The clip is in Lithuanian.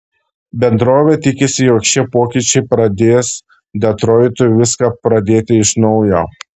bendrovė tikisi jog šie pokyčiai pradės detroitui viską pradėti iš naujo